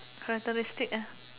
characteristics ah